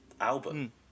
album